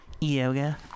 Yoga